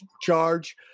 charge